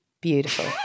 beautiful